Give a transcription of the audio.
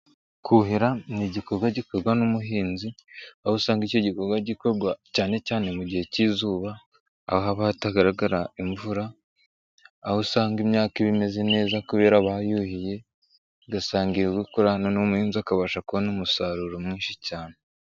Kuhira ni igikorwa gikorwa n'umuhinzi, aho usanga icyo gikorwa gikorwa cyane cyane mu gihe k'izuba aho haba hatagaragara imvura, aho usanga imyaka ibameze neza kubera bayuhiye igasangizwa kurana n'umuhinzi akabasha kubona umusaruro mwinshi cyane.